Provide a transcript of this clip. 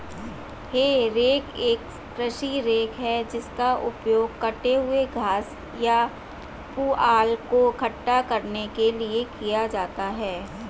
हे rake एक कृषि rake है जिसका उपयोग कटे हुए घास या पुआल को इकट्ठा करने के लिए किया जाता है